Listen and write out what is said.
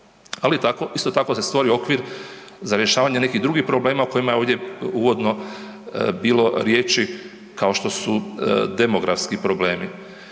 isto tako se stvorio okvir za rješavanje nekih drugih problema o kojima je ovdje uvodno bilo riječi kao što su demografski problemi.